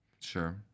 Sure